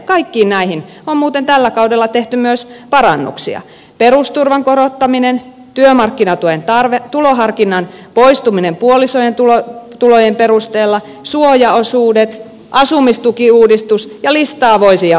kaikkiin näihin on muuten tällä kaudella tehty myös parannuksia perusturvan korottaminen työmarkkinatuen tarveharkinnan poistuminen puolison tulojen perusteella suojaosuudet asumistukiuudistus ja listaa voisi jatkaa